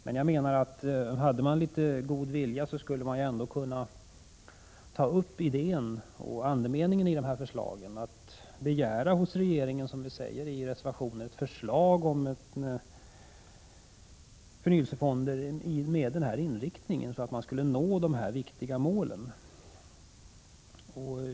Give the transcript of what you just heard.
Men jag menar att fanns det litet god vilja, skulle man ändå kunna ta upp idén och andemeningen i det här förslaget och begära hos regeringen, som jag säger i reservationen, ett förslag om förnyelsefonder med den inriktningen att man skulle nå dessa viktiga mål.